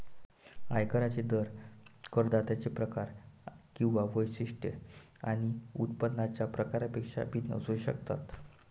आयकरांचे दर करदात्यांचे प्रकार किंवा वैशिष्ट्ये आणि उत्पन्नाच्या प्रकारापेक्षा भिन्न असू शकतात